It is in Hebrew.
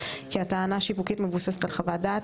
כי הטענה השיווקית מבוססת על חוות דעת,